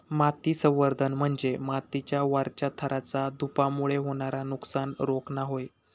माती संवर्धन म्हणजे मातीच्या वरच्या थराचा धूपामुळे होणारा नुकसान रोखणा होय